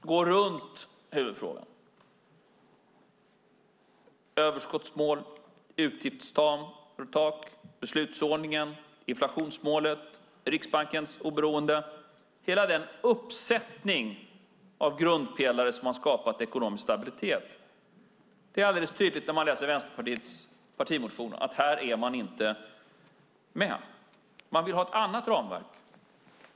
Herr talman! Ulla Andersson går runt huvudfrågan: överskottsmålet, utgiftstaket, beslutsordningen, inflationsmålet, Riksbankens oberoende - hela den uppsättning av grundpelare som har skapat ekonomisk stabilitet. När man läser Vänsterpartiets partimotion blir det alldeles tydligt att Vänsterpartiet inte är med här. Man vill ha ett annat ramverk.